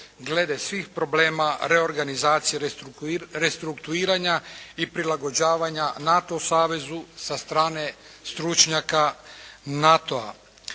glede svih problema reorganizacije, restruktuiranja i prilagođavanja NATO savezu sa strane stručnjaka NATO-a.